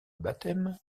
baptême